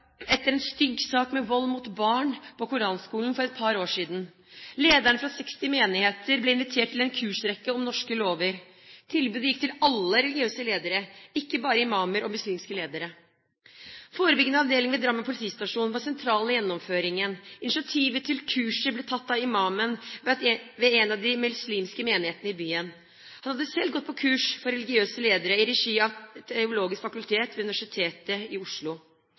etter en stygg sak med vold mot barn på koranskolen for et par år siden. Ledere fra 60 menigheter ble invitert til en kursrekke om norske lover. Tilbudet gikk til alle religiøse ledere, ikke bare til imamer og muslimske ledere. Forebyggende avdeling ved Drammen politistasjon var sentral i gjennomføringen. Initiativet til kurset ble tatt av imamen ved en av de muslimske menighetene i byen. Han hadde selv gått på kurs for religiøse ledere i regi av Det teologiske fakultet ved Universitetet i Oslo.